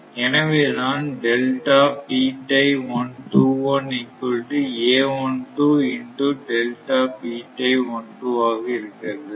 எனவேதான் ஆக இருக்கிறது